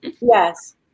yes